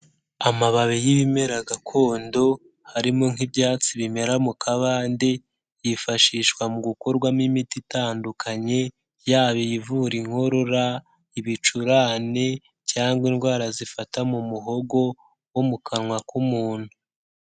Amababi y'ibimera gakondo harimo nk'ibyatsi bimera mu kabande, yifashishwa mu gukorwamo imiti itandukanye, yaba ivura inkorora, ibicurane cyangwa indwara zifata mu muhogo wo mu kanwa k'umuntu.